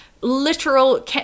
literal